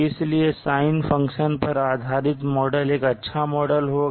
इसलिए sine function पर आधारित मॉडल एक अच्छा मॉडल होगा